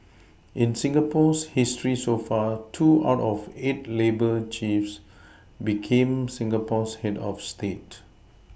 in Singapore's history so far two out of eight labour chiefs became Singapore's head of state